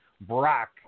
Brock